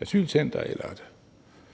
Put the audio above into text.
asylcenter eller et